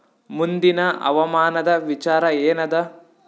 ಮುಂದಿನ ಹವಾಮಾನದ ವಿಚಾರ ಏನದ?